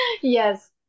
yes